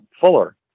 fuller